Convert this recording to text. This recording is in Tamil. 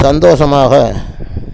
சந்தோஷமாக